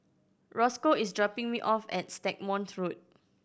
Roscoe is dropping me off at Stagmont Road